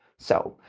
so,